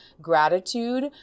gratitude